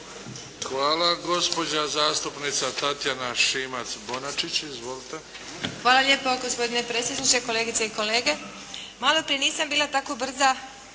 Izvolite. **Šimac Bonačić, Tatjana (SDP)** Hvala lijepo. Gospodine predsjedniče, kolegice i kolege. Malo prije nisam bila tako brza